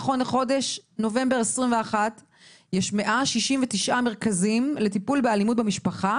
נכון לחודש נובמבר 2021 ישנם כ-169 מרכזים לטיפול באלימות במשפחה,